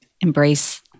embrace